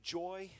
joy